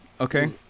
okay